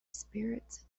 spirits